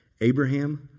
Abraham